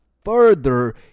further